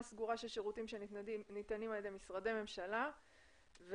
סגורה של שירותים שניתנים על ידי משרדי ממשלה ובהמשך